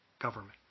government